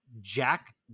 Jack